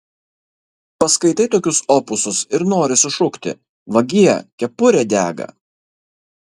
paskaitai tokius opusus ir nori sušukti vagie kepurė dega